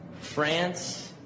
France